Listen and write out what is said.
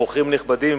אורחים נכבדים,